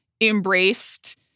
embraced